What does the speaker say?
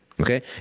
okay